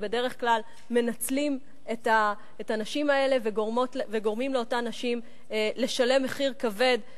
שבדרך כלל מנצלים את הנשים האלה וגורמים להן לשלם מחיר כבד,